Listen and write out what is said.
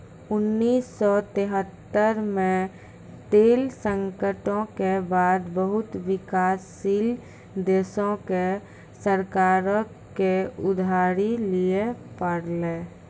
उन्नीस सौ तेहत्तर मे तेल संकटो के बाद बहुते विकासशील देशो के सरकारो के उधारी लिये पड़लै